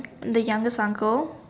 the youngest uncle